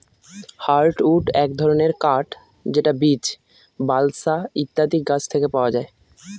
hardwood এক ধরনের কাঠ যেটা বীচ, বালসা ইত্যাদি গাছ থেকে পাওয়া যায়